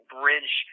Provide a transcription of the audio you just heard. bridge